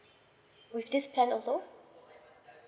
with this plan also